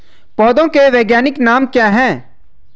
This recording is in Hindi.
पौधों के वैज्ञानिक नाम क्या हैं?